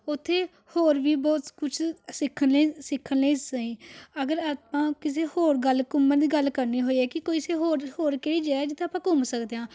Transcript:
ਉੱਥੇ ਹੋਰ ਵੀ ਬਹੁਤ ਕੁਛ ਸਿੱਖਣੇ ਸਿੱਖਣੇ ਸੀ ਅਗਰ ਆਪਾਂ ਕਿਸੇ ਹੋਰ ਗੱਲ ਘੁੰਮਣ ਦੀ ਗੱਲ ਕਰਨੀ ਹੋਈਏ ਕਿ ਕਿਸੇ ਹੋਰ ਹੋਰ ਕਿਹੜੀ ਜਗ੍ਹਾ ਜਿੱਥੇ ਆਪਾਂ ਘੁੰਮ ਸਕਦੇ ਹਾਂ